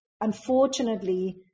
unfortunately